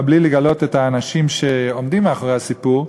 אבל בלי לגלות מי האנשים שעומדים מאחורי הסיפור,